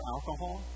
Alcohol